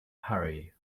hurry